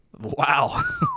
Wow